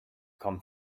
come